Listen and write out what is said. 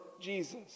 Jesus